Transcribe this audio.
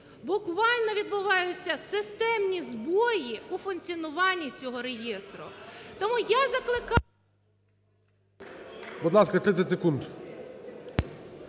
буквально відбуваються системні збої у функціонуванні цього реєстру. Тому я закликаю… ГОЛОВУЮЧИЙ. Будь ласка, 30 секунд.